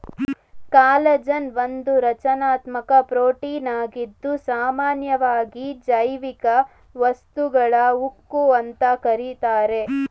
collagen ಒಂದು ರಚನಾತ್ಮಕ ಪ್ರೋಟೀನಾಗಿದ್ದು ಸಾಮನ್ಯವಾಗಿ ಜೈವಿಕ ವಸ್ತುಗಳ ಉಕ್ಕು ಅಂತ ಕರೀತಾರೆ